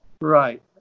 right